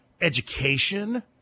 education